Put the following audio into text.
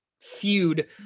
feud